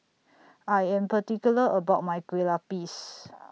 I Am particular about My Kueh Lapis